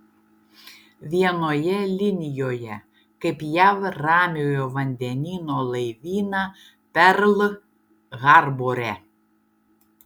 vienoje linijoje kaip jav ramiojo vandenyno laivyną perl harbore